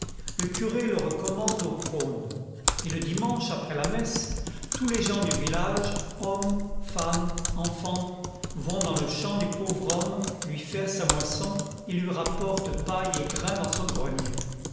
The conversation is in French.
le curé le recommande au prône et le dimanche après la messe tous les gens du village hommes femmes enfants vont dans le champ du pauvre homme lui faire sa moisson et lui rapportent paille et grain dans son grenier